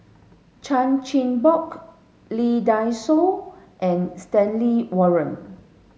Chan Chin Bock Lee Dai Soh and Stanley Warren